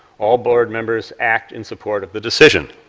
all board members act in support of the decision.